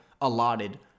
allotted